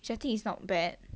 which I think is not bad